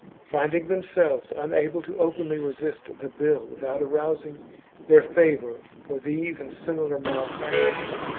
finding themselves unable to openly resist the bill without arousing their favour for these and similar malpractices,